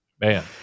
man